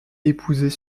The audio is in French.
épouser